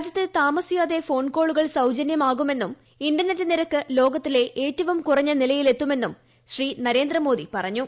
രാജ്യത്ത് താമസിയാതെ ഫോൺകോളുകൾ സൌജന്യമാകുമെന്നും ഇന്റർനെറ്റ് നിരക്ക് ലോകത്തിലെ ഏറ്റവും കുറഞ്ഞ നിലയിലെത്തുമെന്നും ശ്രീ നരേന്ദ്രമോദി പറഞ്ഞു